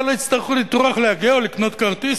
לא יצטרכו לטרוח להגיע או לקנות כרטיס.